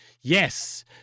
Yes